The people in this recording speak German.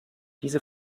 diese